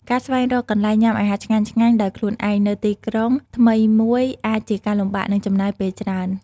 ការស្វែងរកកន្លែងញ៉ាំអាហារឆ្ងាញ់ៗដោយខ្លួនឯងនៅក្នុងទីក្រុងថ្មីមួយអាចជាការលំបាក និងចំណាយពេលច្រើន។